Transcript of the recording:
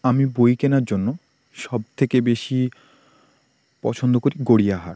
আমি বই কেনার জন্য সবথেকে বেশি পছন্দ করি গড়িয়াহাট